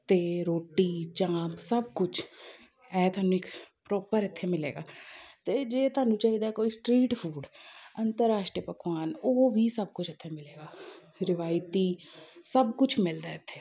ਅਤੇ ਰੋਟੀ ਜਾਂ ਸਭ ਕੁਛ ਐਹ ਤੁਹਾਨੂੰ ਇੱਕ ਪ੍ਰੋਪਰ ਇੱਥੇ ਮਿਲੇਗਾ ਅਤੇ ਜੇ ਤੁਹਾਨੂੰ ਚਾਹੀਦਾ ਕੋਈ ਸਟਰੀਟ ਫੂਡ ਅੰਤਰਰਾਸ਼ਟਰੀ ਪਕਵਾਨ ਉਹ ਵੀ ਸਭ ਕੁਛ ਇੱਥੇ ਮਿਲੇਗਾ ਰਵਾਇਤੀ ਸਭ ਕੁਛ ਮਿਲਦਾ ਇੱਥੇ